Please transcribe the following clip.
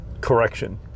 correction